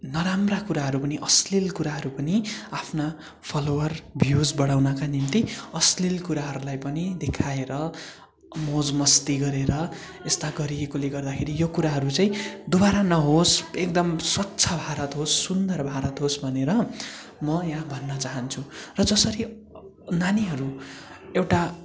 नराम्रा कुराहरू पनि अश्लिल कुराहरू पनि आफ्ना फलोवर भ्युस बढाउँनका निम्ति अश्लिल कुराहरलाई पनि देखाएर मोज मस्ति गरेर यस्ता गरिएकोले गर्दाखेरि यो कुराहरू चाहिँ दोबारा नहोस् एकदम स्वच्छ भारत होस् सुन्दर भारत होस् भनेर म यहाँ भन्न चहान्छु र जसरी नानीहरू एउटा